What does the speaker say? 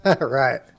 Right